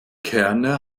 kerne